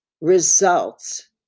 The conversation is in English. results